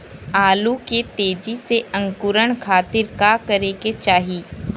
आलू के तेजी से अंकूरण खातीर का करे के चाही?